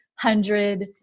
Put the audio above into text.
hundred